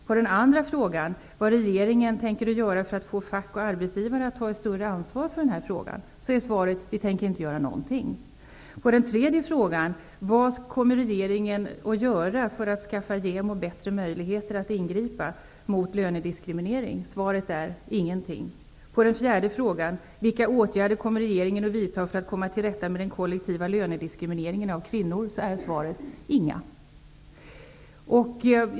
På min andra fråga om vad regeringen tänker göra för att få fack och arbetsgivare att ta ett större ansvar i den frågan är svaret: Regeringen tänker inte göra någonting. På min tredje fråga om vad regeringen kommer att göra för att skaffa JämO bättre möjligheter att ingripa mot könsrelaterad lönediskriminering är svaret: Ingenting! På min fjärde fråga om vilka åtgärder regeringen kommer att vidta för att komma till rätta med den kollektiva lönediskrimineringen av kvinnor är svaret: Inga!